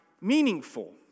meaningful